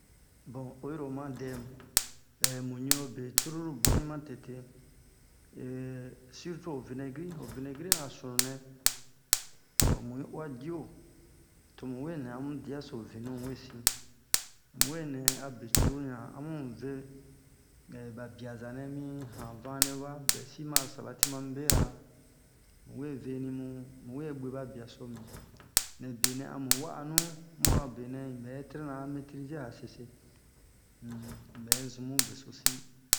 bon oyi ro ma dɛ mu mu ɲuro be cruru boni ma tete sirtu ho vinɛgri ho vinɛgri a sunu nɛ ho mu'i uwa dio to mu we nɛ amu venu wesin mu we nɛ a be cruru yan a mu ve ba biaza nɛ mi han vane wa buɛsi ma a salati ma mu bera mu we venimu mu we bwe ba biaso mi mɛ benɛ a mu wa'a nu mu a benɛ inbɛ trena a metrize'a sese um unbɛ zumu beso si